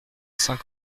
saint